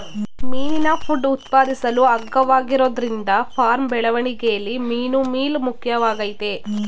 ಮೀನಿನ ಫುಡ್ ಉತ್ಪಾದಿಸಲು ಅಗ್ಗವಾಗಿರೋದ್ರಿಂದ ಫಾರ್ಮ್ ಬೆಳವಣಿಗೆಲಿ ಮೀನುಮೀಲ್ ಮುಖ್ಯವಾಗಯ್ತೆ